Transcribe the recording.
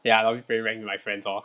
ya I only play rank with my friends lor